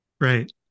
Right